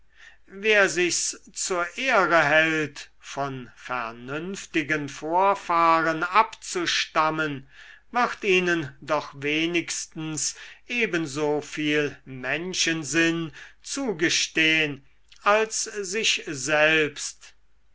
wer sich's zur ehre hält von vernünftigen vorfahren abzustammen wird ihnen doch wenigstens ebensoviel menschensinn zugestehn als sich selbst